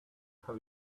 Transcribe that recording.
have